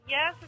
Yes